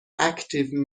اکتیو